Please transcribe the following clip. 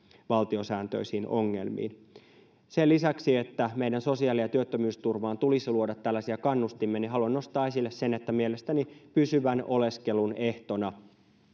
valtiosääntöisiin ongelmiin sen lisäksi että meidän sosiaali ja työttömyysturvaan tulisi luoda tällaisia kannustimia haluan nostaa esille sen että mielestäni pysyvän oleskelun ehtona